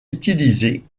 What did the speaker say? utilisé